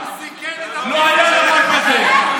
לא היה דבר כזה.